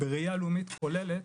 בראייה לאומית כוללת,